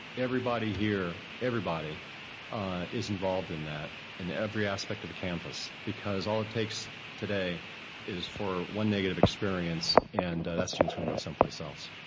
everybody here, everybody is involved in that in every aspect of the campus because all it takes today is for one negative experience and that student's gonna go someplace else.